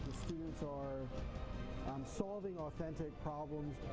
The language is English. students are um solving authentic problems,